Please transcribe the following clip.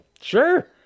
sure